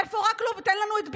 איפה "תן לנו את ביבי,